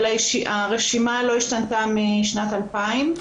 אבל הרשימה לא השתנתה משנת 2000,